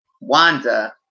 Wanda